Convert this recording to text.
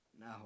no